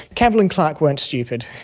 campbell and clark weren't stupid.